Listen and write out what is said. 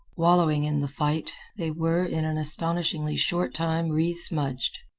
wallowing in the fight, they were in an astonishingly short time resmudged.